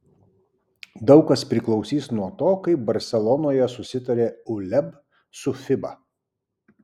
daug kas priklausys nuo to kaip barselonoje susitarė uleb su fiba